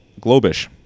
globish